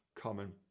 common